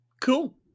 Cool